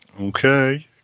Okay